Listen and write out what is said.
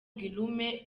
guillaume